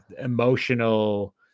emotional